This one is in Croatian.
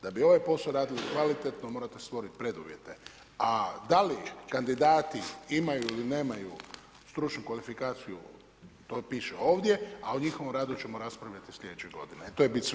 Da bi ovaj posao radili kvalitetno morate stvoriti preduvjete, a da li kandidati imaju ili nemaju stručnu kvalifikaciju to piše ovdje, a o njihovom radu ćemo raspravljati slijedeće godine, to je biti svega.